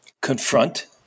confront